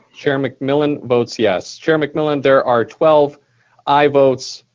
chair mcmillan votes yes. chair mcmillan, there are twelve aye votes,